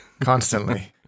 Constantly